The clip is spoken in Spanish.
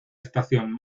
estación